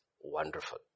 wonderful